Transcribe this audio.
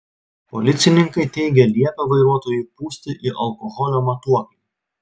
policininkai teigia liepę vairuotojui pūsti į alkoholio matuoklį